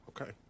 okay